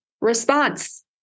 response